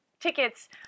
Tickets